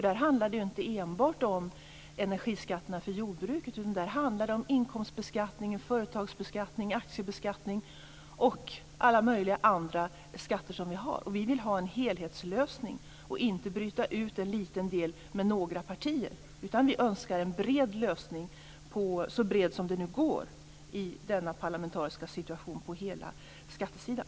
Det handlar ju inte enbart om energiskatterna för jordbruket utan om inkomstbeskattning, företagsbeskattning, aktiebeskattning och alla andra skatter som vi har. Vi vill ha en helhetslösning och inte bryta ut en liten del och diskutera den med några partier. Vi önskar en bred lösning - så bred som det nu går i denna parlamentariska situation - på hela skattesidan.